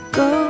go